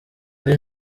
ari